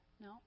No